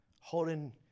holding